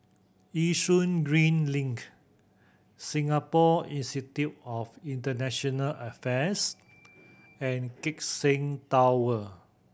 Yishun Green Link Singapore Institute of International Affairs and Keck Seng Tower